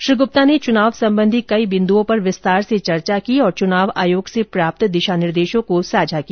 श्री गुप्ता ने चुनाव संबंधी कई बिंदुओं पर विस्तार से चर्चा की और चुनाव आयोग से प्राप्त दिशा निर्देशों को साझा किया